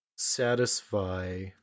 satisfy